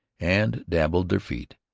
and dabbled their feet,